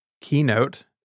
Keynote